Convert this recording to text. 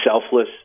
selfless